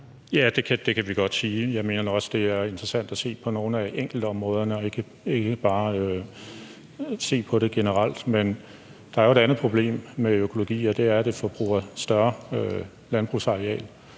Ja, det kan vi godt sige. Jeg mener nu også, det er interessant at se på nogle af enkeltområderne og ikke bare se på det generelt. Men der er jo et andet problem med økologi, og det er, at det forbruger et større landbrugsareal,